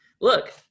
Look